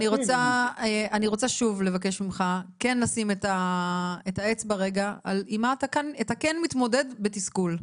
אני רוצה לבקש ממך כן לשים את האצבע רגע עם מה אתה כן מתמודד בתסכול?